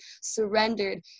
surrendered